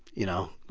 you know,